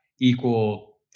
equal